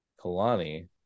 Kalani